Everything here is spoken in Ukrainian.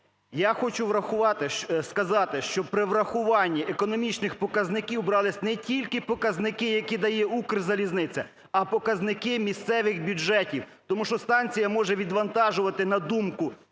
сказати, що при врахуванні економічних показників брались не тільки показники, які дає "Укрзалізниця", а показники місцевих бюджетів. Тому що станція може відвантажувати на думку